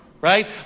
right